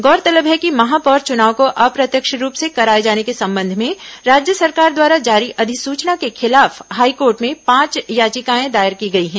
गौरतलब है कि महापौर चुनाव को अप्रत्यक्ष रूप से कराए जाने के संबंध में राज्य सरकार द्वारा जारी अधिसूचना के खिलाफ हाईकोर्ट में पांच याचिकाएं दायर की गई हैं